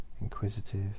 inquisitive